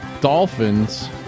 Dolphins